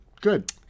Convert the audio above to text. Good